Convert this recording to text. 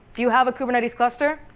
if you have a kubernetes cluster,